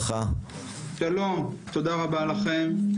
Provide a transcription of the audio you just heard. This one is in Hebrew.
תודה רבה לכם,